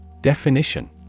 Definition